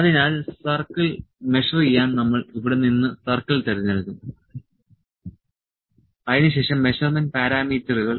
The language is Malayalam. അതിനാൽ സർക്കിൾ മെഷർ ചെയ്യാൻ നമ്മൾ ഇവിടെ നിന്ന് സർക്കിൾ തിരഞ്ഞെടുക്കും അതിനുശേഷം മെഷർമെന്റ് പാരാമീറ്ററുകൾ